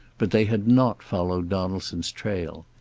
but they had not followed donaldson's trail.